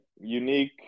unique